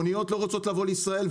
אוניות לא רוצות לבוא לישראל,